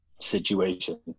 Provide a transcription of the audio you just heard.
situation